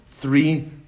three